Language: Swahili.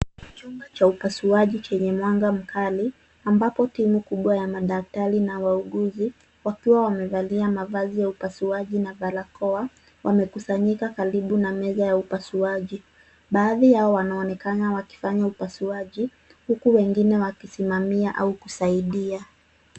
Chumba cha upasuaji chenye mwanga mkali ambapo timu kubwa ya madaktari na wauguzi wakiwa wamevalia mavazi ya upasuaji na barakoa, wamekusanyika karibu na meza ya upasuaji. Baadhi yao wanaonekana wakifanya upasuaji huku wengine wakisimamia au kusaidia.